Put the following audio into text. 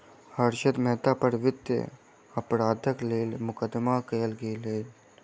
हर्षद मेहता पर वित्तीय अपराधक लेल मुकदमा कयल गेलैन